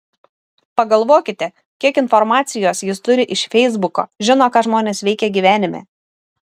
pagalvokite kiek informacijos jis turi iš feisbuko žino ką žmonės veikia gyvenime